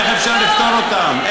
איך אפשר לפתור אותן?